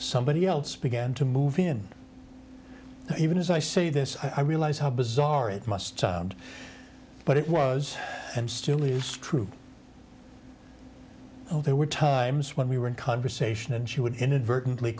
somebody else began to move in even as i say this i realize how bizarre it must sound but it was and still is true there were times when we were in conversation and she would inadvertently